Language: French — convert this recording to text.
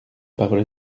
parole